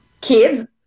kids